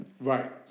Right